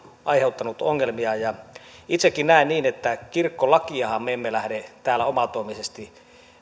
aiheuttanut ongelmia itsekin näen niin että kirkkolakiahan me emme lähde täällä omatoimisesti